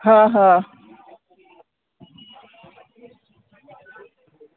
હા હા